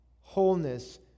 wholeness